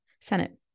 Senate